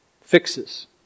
fixes